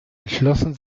entschlossen